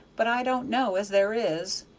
but i don't know as there is.